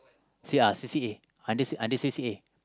C ya C_C_A under under C_C_A